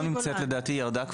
לדעתי היא כבר ירדה,